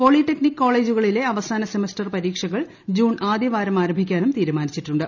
polytechnic കോളേജുകളിലെ അവസാന semester പരീക്ഷകൾ ജൂൺ ആദ്യവാരം ആരംഭിക്കാനും തീരുമാനിച്ചിട്ടുണ്ട്